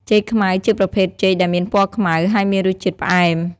ចេកខ្មៅ ជាប្រភេទចេកដែលមានពណ៌ខ្មៅ ហើយមានរសជាតិផ្អែម។